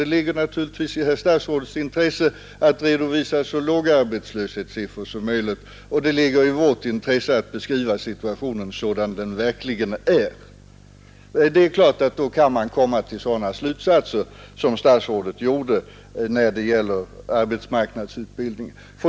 Det ligger naturligtvis i herr statsrådets intresse att visa upp så låga arbetslöshetssiffror som möjligt, medan vi vill beskriva situationen sådan den verkligen är. Det är klart att herr statsrådet då kan komma till de slutsatser han gjorde när det gäller arbetsmarknadsutbildningen.